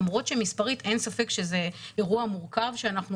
למרות שמספרית אין ספק שזה אירוע מורכב שאנחנו